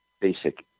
basic